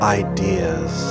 ideas